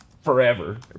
Forever